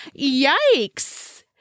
Yikes